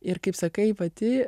ir kaip sakai pati